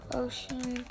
ocean